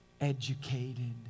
educated